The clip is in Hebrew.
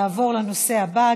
נעבור לנושא הבא,